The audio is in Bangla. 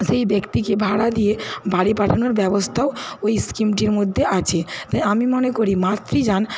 সেই ব্যক্তিকে ভাড়া দিয়ে বাড়ি পাঠানোর ব্যবস্থাও ওই স্কিমটির মধ্যে আছে তাই আমি মনে করি মাতৃযান